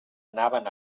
anaven